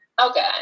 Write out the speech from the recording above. Okay